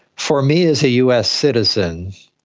for me as a us citizen,